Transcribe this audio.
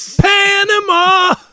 panama